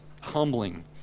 humbling